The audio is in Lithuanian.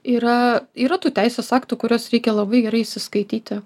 yra yra tų teisės aktų kuriuos reikia labai gerai įsiskaityti